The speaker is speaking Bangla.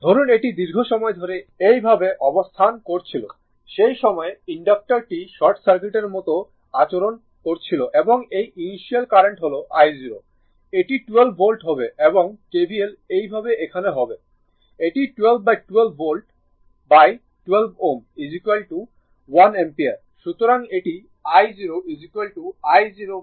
ধরুন এটি দীর্ঘ সময় ধরে এই ভাবে অবস্থান করছিল সেই সময় ইনডাক্টর টি শর্ট সার্কিটের মতো আচরণ করছিল এবং এই ইনিশিয়াল কারেন্ট হল i0 এটি 12 ভোল্ট হবে এবং KVL এইভাবে এখানে হবে এটি 1212 ভোল্ট12 Ω 1 অ্যাম্পিয়ার